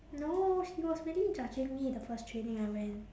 no she was already judging me the first training I went